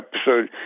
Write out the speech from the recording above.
episode